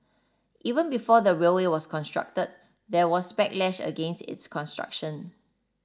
even before the railway was constructed there was backlash against its construction